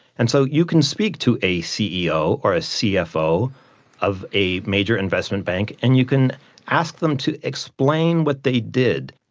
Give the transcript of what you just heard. and so you can speak to a ceo or a cfo of a major investment bank and you can ask them to explain what they did.